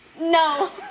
No